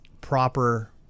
proper